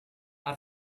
her